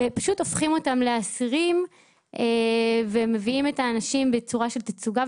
פשוט הופכים אותם לאסירים ומביאים אותם בצורה של תצוגה,